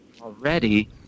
Already